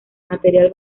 material